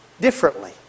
differently